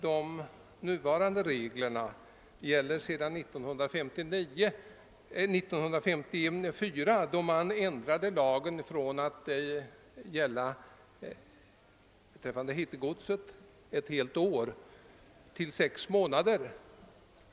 De nuvarande reglerna beträffande hittegods tillkom 1954 då lagen ändrades. Tidsfristen sänktes då från ett år till sex månader.